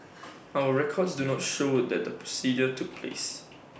our records do not show that the procedure took place